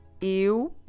Eu